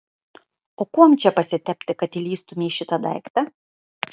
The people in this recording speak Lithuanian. o kuom čia pasitepti kad įlįstumei į šitą daiktą